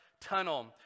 tunnel